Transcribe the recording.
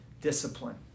discipline